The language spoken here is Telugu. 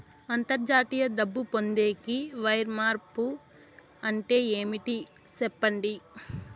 అంతర్జాతీయ డబ్బు పొందేకి, వైర్ మార్పు అంటే ఏమి? సెప్పండి?